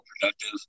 productive